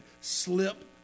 slip